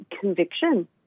conviction